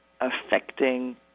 affecting